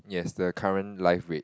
yes the current live rate